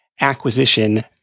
acquisition